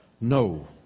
No